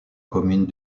commune